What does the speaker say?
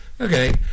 Okay